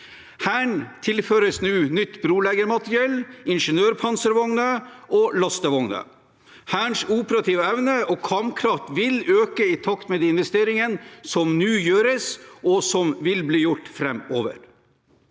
Hæren tilføres nå nytt broleggermateriell, ingeniørpanservogner og lastevogner. Hærens operative evne og kampkraft vil øke i takt med de investeringene som nå gjøres, og som vil bli gjort framover.